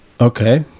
Okay